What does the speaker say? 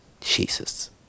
Jesus